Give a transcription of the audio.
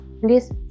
please